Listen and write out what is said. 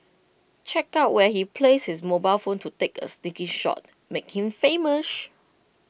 check out where he placed his mobile phone to take A sneaky shot make him famous